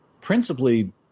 principally